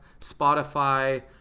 Spotify